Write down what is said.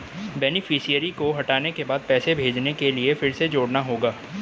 beneficiary को हटाने के बाद पैसे भेजने के लिए फिर से जोड़ना होगा